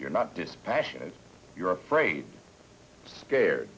you're not dispassionate you're afraid scared